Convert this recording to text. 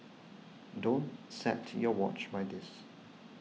don't set your watch by this